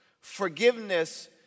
Forgiveness